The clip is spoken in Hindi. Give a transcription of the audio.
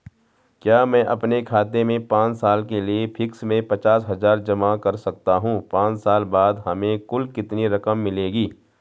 क्या मैं अपने खाते में पांच साल के लिए फिक्स में पचास हज़ार जमा कर सकता हूँ पांच साल बाद हमें कुल कितनी रकम मिलेगी?